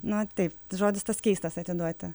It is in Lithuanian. no taip žodis tas keistas atiduoti